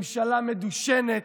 ממשלה מדושנת,